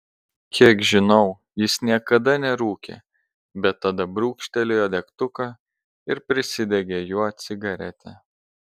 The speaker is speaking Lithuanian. kiek žinau jis niekada nerūkė bet tada brūkštelėjo degtuką ir prisidegė juo cigaretę